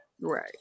Right